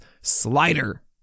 slider